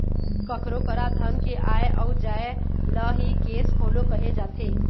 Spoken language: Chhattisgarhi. कखरो करा धन के आय अउ जाय ल ही केस फोलो कहे जाथे